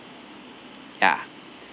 ya